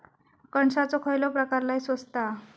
कणसाचो खयलो प्रकार लय स्वस्त हा?